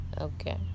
okay